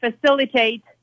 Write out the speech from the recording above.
facilitate